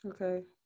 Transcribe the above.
okay